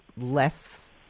less